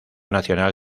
nacional